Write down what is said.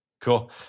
cool